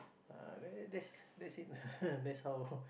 ah there that's that's it that's how